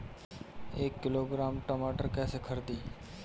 एक किलोग्राम टमाटर कैसे खरदी?